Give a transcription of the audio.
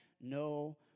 no